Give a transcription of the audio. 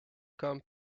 come